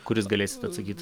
kuris galėsit atsakyt